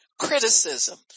criticism